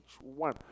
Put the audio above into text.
one